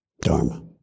Dharma